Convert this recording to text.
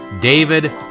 David